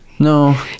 No